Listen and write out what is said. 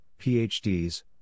PhDs